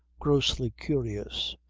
grossly curious,